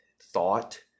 thought